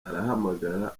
arahamagara